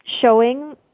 showing